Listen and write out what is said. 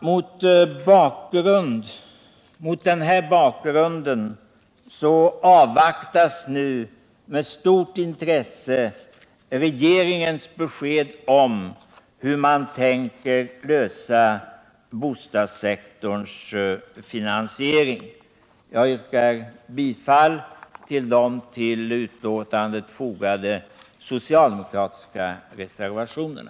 Mot den här bakgrunden avvaktas med stort intresse regeringens besked om hur man tänker lösa bostadssektorns finansiering. Jag yrkar bifall till de vid finansutskottets betänkande fogade socialdemokratiska reservationerna.